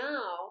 Now